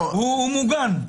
הוא מוגן.